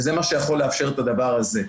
וזה מה שיכול לאפשר את הדבר הזה.